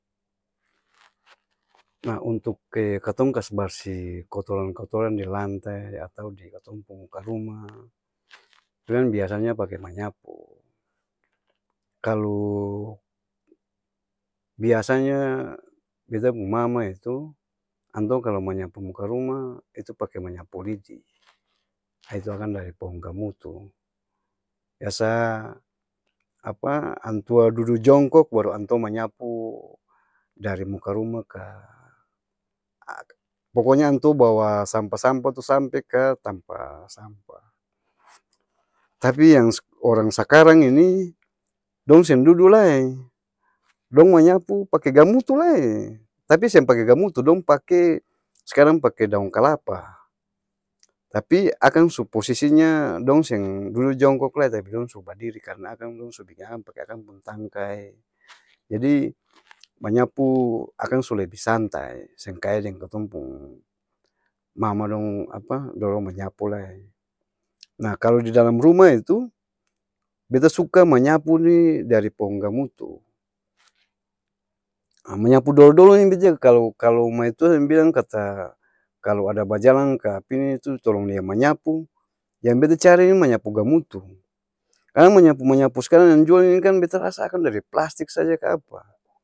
nah, untuk katong kas barsi kotoran-kotoran di lante atau di katong pung muka ruma, kan biasanya pake manyapu, kalu biasanya beta pung mama itu, antua kalo manyapu muka ruma, itu pake manyapu lidi, itu akang dari pohong gamutu, bias antua dudu jongkok, baru antua manyapu dari muka ruma ka poko nya antua bawa sampah-sampah itu sampe ka tampa sampah, tapi yang orang sakarang ini, dong seng dudu lai, dong manyapu pake gamutu lae, tapi seng pake gamutu dong pake sakarang pake daong kalapa tapi, akang su posisi nya dong seng dudu jongkok lai, tapi dong su badiri karna akang dong su biking akang pake akang pung tangkai jadi, manyapu akang su lebi santai, seng kaya deng katong pung mama dong, apa? Dong manyapu lai, nah kalo di dalam ruma itu, beta suka manyapu ni dari pohong gamutu, manyapu dolo-dolo ini bet jaga kalo, kalo maitua yang bilang kata, kalo ada bajalang ka pintu, tolong lia manyapu! Yang beta cari ini, manyapu gamutu, karna manyapu-manyapu s'karang yang jual ini kan beta rasa akang dari plastik saja ka'apa.